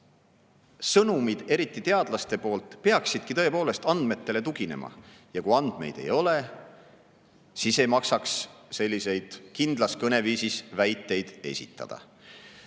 sõnumid, eriti teadlaste omad, peaksidki tõepoolest andmetele tuginema. Kui andmeid ei ole, siis ei maksaks selliseid kindlas kõneviisis väiteid esitada. Nüüd